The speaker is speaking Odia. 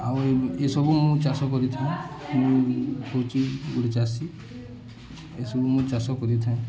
ଆଉ ଏ ଏସବୁ ମୁଁ ଚାଷ କରିଥାଏ ମୁଁ କୋଚି ଗୁଡ଼ଚଷୀ ଏସବୁ ମୁଁ ଚାଷ କରିଥାଏ